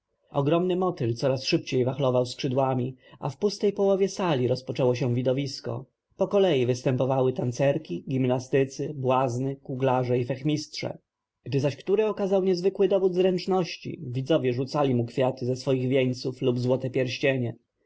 ogromny motyl coraz szybciej wachlował skrzydłami a w pustej połowie sali rozpoczęło się widowisko pokolei występowały tancerki gimnastycy błazny kuglarze i fechmistrze gdy zaś który okazał niezwykły dowód zręczności widzowie rzucali mu kwiaty ze swych wieńców lub złote pierścienie